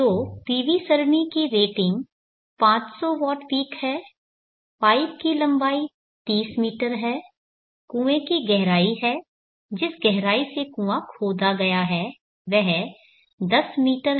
तो PV सरणी की रेटिंग 500 वॉट पीक है पाइप की लंबाई 30 मीटर है कुएँ की गहराई है जिस गहराई से कुआं खोदा गया है वह 10 मीटर है